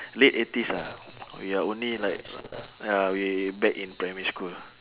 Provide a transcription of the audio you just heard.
late eighties ah we are only like ya we back in primary school